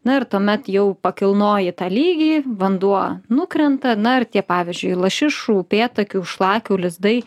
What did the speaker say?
na ir tuomet jau pakilnoji tą lygį vanduo nukrenta na ir tie pavyzdžiui lašišų upėtakių šlakių lizdai